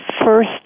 first